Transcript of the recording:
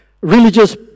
religious